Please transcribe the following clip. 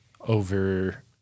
over